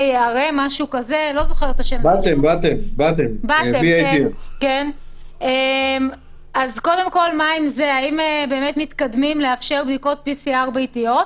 BATM. מה עם זה והאם מתקדמים כדי לאפשר בדיקות PCR ביתיות?